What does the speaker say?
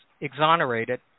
exonerated